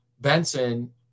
Benson